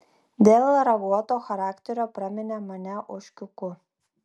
dėl raguoto charakterio praminė mane ožkiuku